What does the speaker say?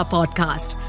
Podcast